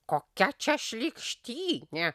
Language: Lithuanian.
kokia čia šlykštynė